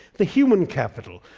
the human capital,